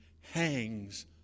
hangs